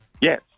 Yes